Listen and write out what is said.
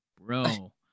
bro